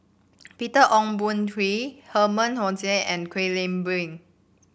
Peter Ong Boon Kwee Herman Hochstadt and Kwek Leng Beng